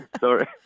sorry